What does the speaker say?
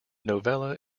novella